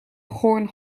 horn